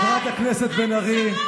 חברת הכנסת בן ארי.